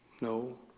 No